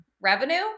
revenue